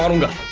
and